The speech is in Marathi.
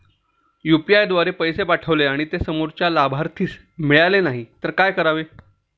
यु.पी.आय द्वारे पैसे पाठवले आणि ते समोरच्या लाभार्थीस मिळाले नाही तर काय करावे?